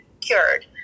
cured